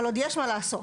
אבל יש עוד מה לעשות.